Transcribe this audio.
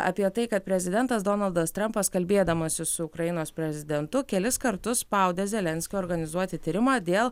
apie tai kad prezidentas donaldas trampas kalbėdamasis su ukrainos prezidentu kelis kartus spaudė zelenskį organizuoti tyrimą dėl